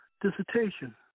dissertation